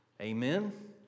Amen